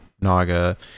Naga